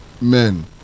men